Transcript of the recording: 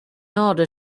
order